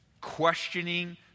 Questioning